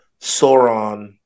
Sauron